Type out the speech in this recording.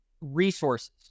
resources